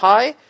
High